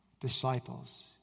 disciples